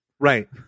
Right